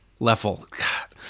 Leffel